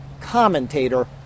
commentator